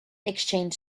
exchanged